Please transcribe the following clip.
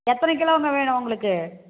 எத்தனை கிலோங்க வேணும் உங்களுக்கு